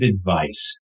advice